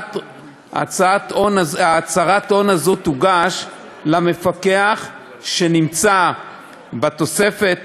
הצהרת ההון הזאת תוגש למפקח שנמצא בתוספת